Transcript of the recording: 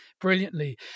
brilliantly